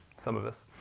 some of this.